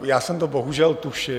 Já jsem to bohužel tušil.